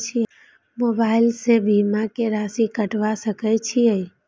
Mobile से बीमा के राशि कटवा सके छिऐ?